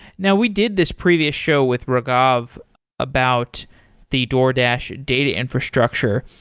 now we did this previous show with raghav about the doordash data infrastructure.